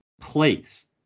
place